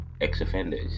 ex-offenders